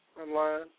online